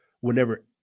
Whenever